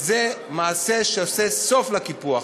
זה מעשה שעושה סוף לקיפוח.